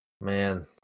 Man